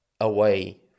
away